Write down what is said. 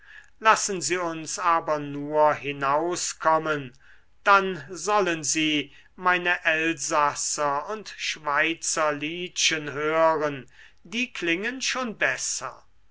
lassen sie uns aber nur hinauskommen dann sollen sie meine elsasser und schweizerliedchen hören die klingen schon besser